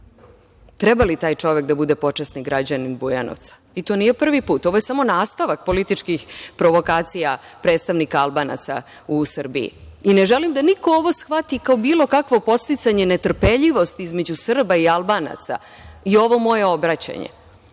Treba li taj čovek da bude počasni građanin Bujanovca? I to nije prvi put, ovo je samo nastavak političkih provokacija, predstavnika Albanaca u Srbiji. Ne želim da niko ovo shvati kao bilo kakvo podsticanje netrpeljivosti između Srba i Albanaca i ovo moje obraćanje.